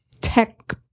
tech